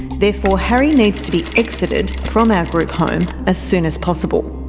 therefore harry needs to be exited from our group home as soon as possible.